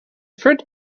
fruit